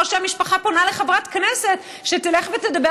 או שהמשפחה פונה לחברת כנסת שתלך ותדבר